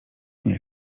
nie